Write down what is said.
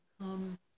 come